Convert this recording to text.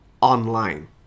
online